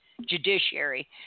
judiciary